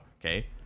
okay